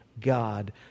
God